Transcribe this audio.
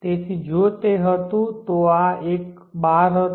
તેથી જો તે હતું તો આ એક બાર હશે